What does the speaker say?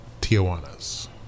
Tijuana's